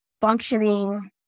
functioning